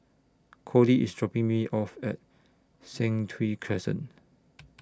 Kody IS dropping Me off At Sentul Crescent